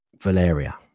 Valeria